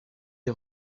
est